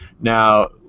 now